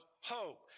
hope